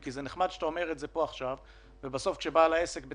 כדי לאפשר הקלה משמעותית בהוצאה די כבדה שיש על המגזר העסקי,